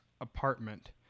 apartment